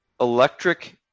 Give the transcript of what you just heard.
electric